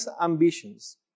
ambitions